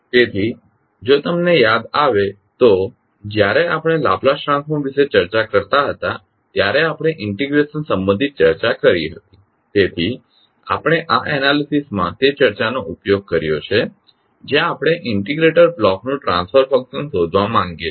તેથી જો તમને યાદ આવે તો જ્યારે આપણે લાપ્લાસ ટ્રાન્સફોર્મ વિશે ચર્ચા કરતા હતા ત્યારે આપણે ઇન્ટીગ્રેશન સંબંધિત ચર્ચા કરી હતી તેથી આપણે આ એનાલીસીસ માં તે ચર્ચાનો ઉપયોગ કર્યો છે જ્યાં આપણે ઇન્ટિગ્રેટર બ્લોક નું ટ્રાન્સફર ફંકશન શોધવા માંગીએ છીએ